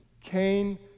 Cain